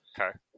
Okay